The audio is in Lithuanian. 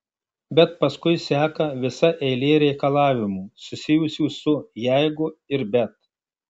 bet paskui seka visa eilė reikalavimų susijusių su jeigu ir bet